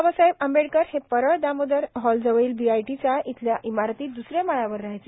बाबासाहेब आंबेडकर हे परळ दामोदर हॉलजवळील बीआयटी चाळ येथील इमारतीत द्सऱ्या माळ्यावर राहायचे